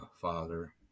Father